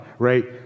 right